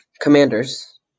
commanders